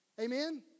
Amen